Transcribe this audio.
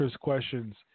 questions